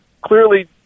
clearly